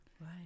Right